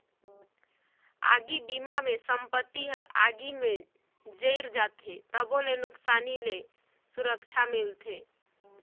आगी बिमा मे संपत्ति हर आगी मे जईर जाथे तबो ले नुकसानी ले सुरक्छा मिलथे